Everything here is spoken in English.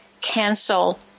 cancel